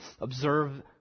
observe